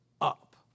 up